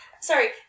sorry